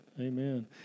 Amen